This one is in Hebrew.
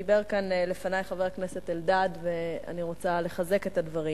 דיבר כאן לפני חבר הכנסת אלדד ואני רוצה לחזק את הדברים.